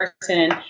person